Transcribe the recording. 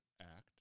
act